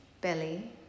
belly